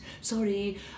sorry